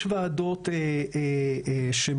יש ועדות שמות,